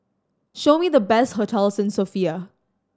show me the best hotels in Sofia